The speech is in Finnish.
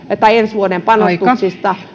ja ensi vuoden panostuksista